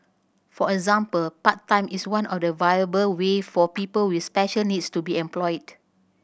for example part time is one of the viable ways for people with special needs to be employed